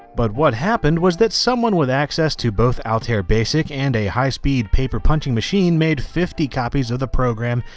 but what happened was that someone with access to both altair basic and a high speed paper punching machine made fifty copies of the program,